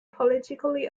politically